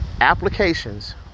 Applications